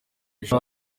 ejo